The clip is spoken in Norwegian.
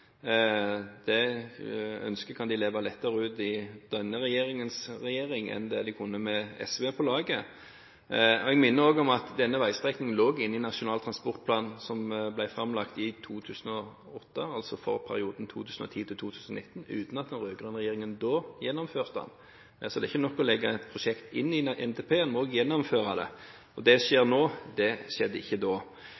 Det ønsket kan de lettere leve ut under denne regjeringen enn det de kunne med SV på laget. Jeg minner også om at denne veistrekningen lå inne i Nasjonal transportplan som ble framlagt i 2008, altså for perioden 2010–2019, uten at den rød-grønne regjeringen da gjennomførte den. Det er ikke nok å legge prosjekter inn i NTP, en må også gjennomføre dem. Det skjer nå, det